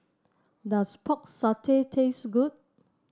does Pork Satay taste good